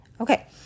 Okay